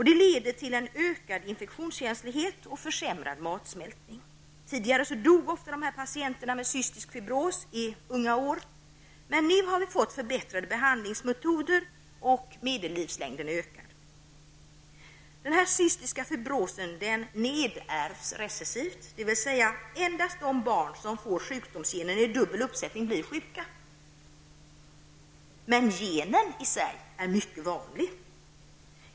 Detta leder till ökad infektionskänslighet och försämrad matsmältning. Tidigare dog ofta patienter med cystisk fibros i unga år. Nu har vi emellertid fått förbättrade behandlingsmetoder som har medfört en ökad medellivslängd. Cystisk fibros nedärvs recessivt, dvs. endast de barn som får sjukdomsgenen i dubbel uppsättning blir sjuka. Genen i sig är mycket vanlig.